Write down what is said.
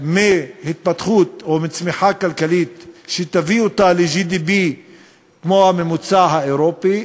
מהתפתחות או מצמיחה כלכלית שתביא אותה ל-GDP כמו הממוצע האירופי,